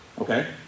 Okay